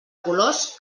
colors